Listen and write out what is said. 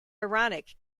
ironic